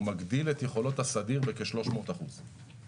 הוא מגדיל את יכולות הסדיר בכ-300 אחוזים,